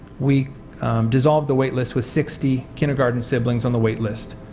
we dissolved the waitlist with sixty kindergarten siblings on the waitlist.